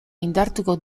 indartuko